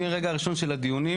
מהרגע הראשון של הדיונים,